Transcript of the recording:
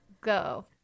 go